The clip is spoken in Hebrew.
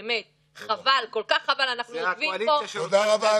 איזשהו צדק, במשבר הכלכלי שנמצאים בו עסקים רבים.